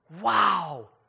Wow